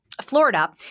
Florida